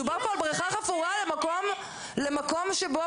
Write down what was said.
מדובר פה על בריכה חפורה למקום שבו,